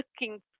looking